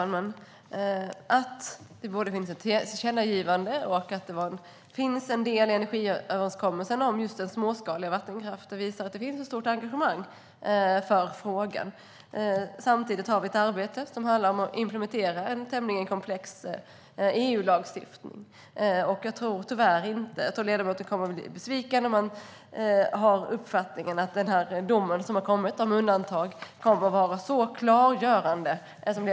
Herr talman! Att det finns ett tillkännagivande och att det finns en del i energiöverenskommelsen där den småskaliga vattenkraften ingår visar att det finns ett stort engagemang för frågan. Samtidigt pågår ett arbete som handlar om att implementera en tämligen komplex EU-lagstiftning. Jag tror att ledamoten kommer att bli besviken om han har uppfattningen att domen om undantag kommer att vara klargörande.